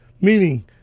Meaning